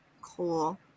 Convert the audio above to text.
cool